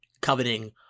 coveting